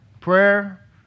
prayer